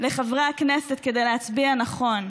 לחברי הכנסת כדי להצביע נכון.